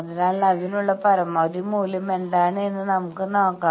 അതിനാൽ അതിനുള്ള പരമാവധി മൂല്യം എന്താണ് എന്ന് നമുക്ക് നോകാം